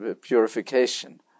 purification